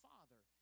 Father